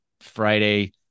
Friday